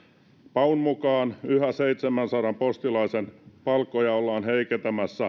paun mukaan yhä seitsemänsadan postilaisen palkkoja ollaan heikentämässä